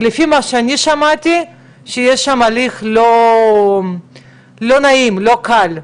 לפי מה שאני שמעתי יש שם הליך לא נעים ולא קל,